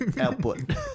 Output